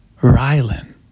Rylan